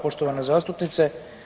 Poštovana zastupnice.